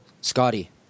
scotty